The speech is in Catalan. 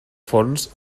fons